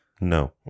No